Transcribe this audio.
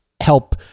help